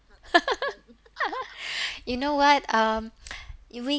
you know um you re~